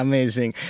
Amazing